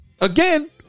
again